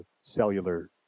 cellular